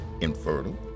infertile